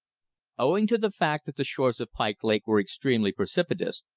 owing to the fact that the shores of pike lake were extremely precipitous,